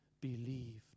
believed